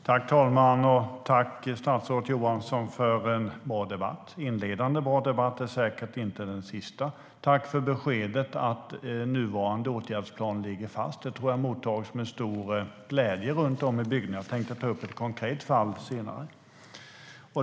Fru talman! Jag tackar statsrådet Johansson för en bra debatt. Det är säkert inte den sista. Jag tackar också för beskedet att nuvarande åtgärdsplan ligger fast. Det tror jag mottas med stor glädje runt om i bygderna. Låt mig ta ett konkret fall.